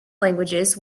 languages